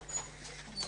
בשעה 11:01.